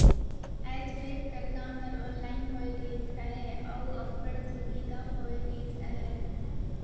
आएज बेंक कर काम हर ऑनलाइन होए गइस अहे अउ अब्बड़ सुबिधा होए गइस अहे